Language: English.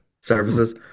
services